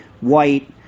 white